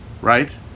Right